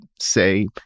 say